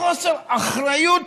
בחוסר אחריות,